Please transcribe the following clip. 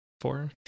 four